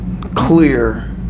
clear